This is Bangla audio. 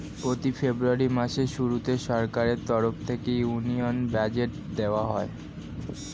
প্রতি ফেব্রুয়ারি মাসের শুরুতে সরকারের তরফ থেকে ইউনিয়ন বাজেট দেওয়া হয়